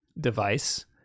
device